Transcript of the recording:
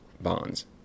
bonds